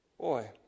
Boy